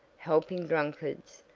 helpin' drunkards,